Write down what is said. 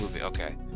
okay